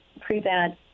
prevent